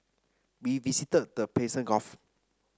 we visited the Persian Gulf